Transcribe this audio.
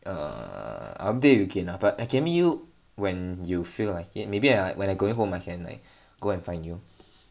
err I update you again ah but I can meet you when you feel like it maybe I when I going home I can like go and find you